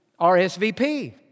RSVP